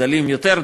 הדלים יותר,